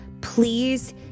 please